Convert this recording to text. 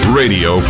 radio